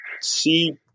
see